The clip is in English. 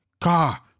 Car